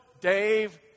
Dave